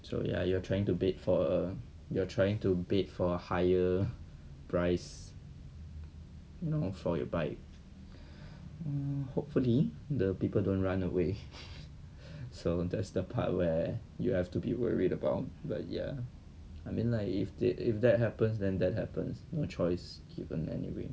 so ya you are trying to bait for uh you're trying to bait for a higher price you know for your bike hmm hopefully the people don't run away so that's the part where you have to be worried about but ya I mean like if they if that happens then that happens more choice given anyway